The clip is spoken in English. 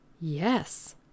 Yes